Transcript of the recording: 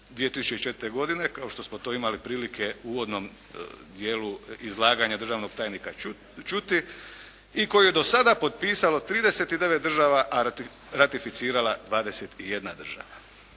2004. godine kao što smo to imali prilike u uvodnom dijelu izlaganja državnog tajnika čuti i koji je do sada potpisalo 39 država a ratificirala 21 država.